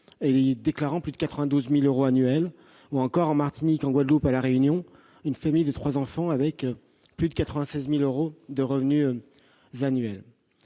et déclarant plus de 92 000 euros annuels ou encore, en Martinique, en Guadeloupe et à La Réunion, une famille de trois enfants, avec plus de 96 000 euros de revenus annuels.